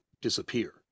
disappear